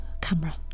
camera